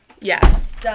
Yes